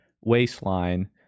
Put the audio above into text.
waistline